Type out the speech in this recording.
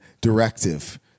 directive